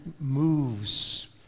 moves